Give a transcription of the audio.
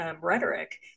rhetoric